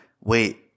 wait